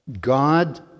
God